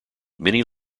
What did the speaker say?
many